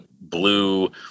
blue